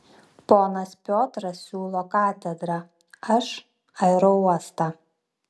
ponas piotras siūlo katedrą aš aerouostą